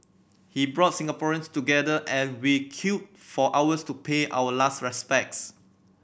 he brought Singaporeans together and we queued for hours to pay our last respects